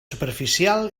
superficial